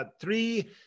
three